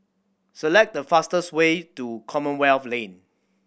select the fastest way to Commonwealth Lane